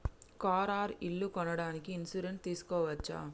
Car or ఇల్లు కొనడానికి insurance తీస్కోవచ్చా?